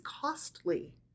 costly